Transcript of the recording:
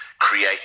create